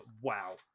Wow